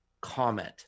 comment